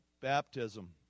baptism